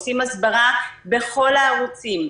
עושים הסברה בכל הערוצים,